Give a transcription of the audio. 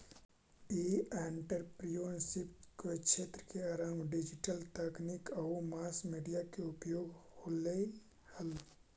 ई entrepreneurship क्क्षेत्र के आरंभ डिजिटल तकनीक आउ मास मीडिया के उपयोग से होलइ हल